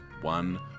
one